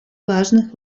важных